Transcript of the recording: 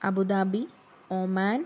Abu Dhabi Oman